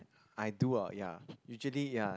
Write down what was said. I do ah ya usually ya